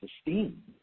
esteem